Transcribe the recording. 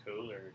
cooler